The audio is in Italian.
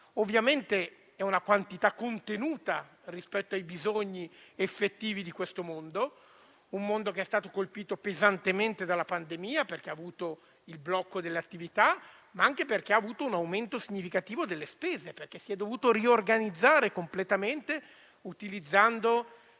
Ovviamente è una quantità contenuta rispetto ai bisogni effettivi di questo mondo, che è stato colpito pesantemente dalla pandemia, perché ha avuto il blocco delle attività e anche un aumento significativo delle spese, dovendosi riorganizzare completamente e dovendo